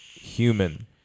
human